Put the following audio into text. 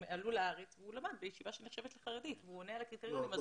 הם עלו לארץ והוא למד בישיבה שנחשבת לחרדית והוא עונה על הקריטריונים.